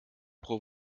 pro